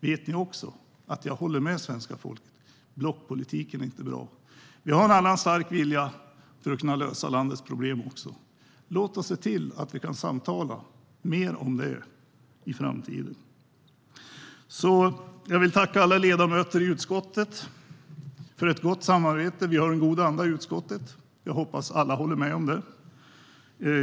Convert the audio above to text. Vet ni också att jag håller med svenska folket? Blockpolitiken är inte bra. Vi har en annan stark vilja för att kunna lösa landets problem. Låt oss se till att vi kan samtala mer om det i framtiden. Jag vill tacka alla ledamöter i utskottet för ett gott samarbete. Vi har en god anda i utskottet; det hoppas jag att alla håller med om.